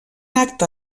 acte